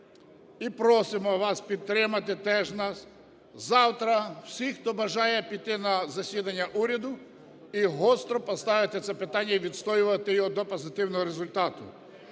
і просимо вас підтримати теж нас, завтра всі, хто бажає піти на засідання уряду і гостро поставити це питання, і відстоювати його до позитивного результату.